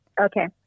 Okay